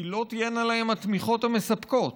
כי לא תהיינה להם התמיכות המספקות.